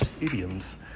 idioms